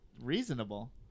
reasonable